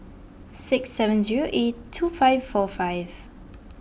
six seven zero eight two five four five